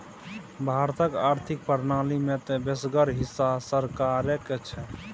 भारतक आर्थिक प्रणाली मे तँ बेसगर हिस्सा सरकारेक छै